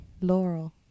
Laurel